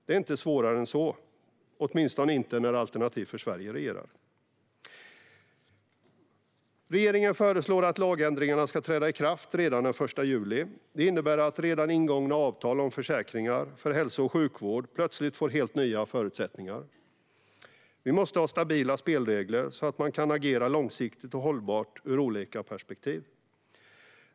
Det är inte svårare än så, åtminstone inte när Alternativ för Sverige regerar. Regeringen föreslår att lagändringarna ska träda i kraft redan den 1 juli. Detta innebär att redan ingångna avtal om försäkringar för hälso och sjukvård plötsligt får helt nya förutsättningar. Vi måste ha stabila spelregler så att man kan agera långsiktigt och hållbart ur olika perspektiv.